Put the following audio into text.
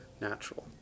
natural